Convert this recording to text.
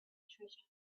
treasure